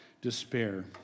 despair